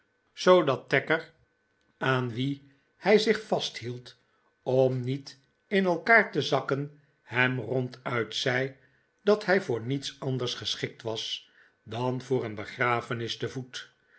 zoodat tacker aan wien hij zich vasthield om niet in elkaar te zakken hem ronduit zei dat hij voor niets anders geschikt was dan voor een begrafenis te voet